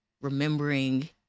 remembering